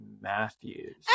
matthews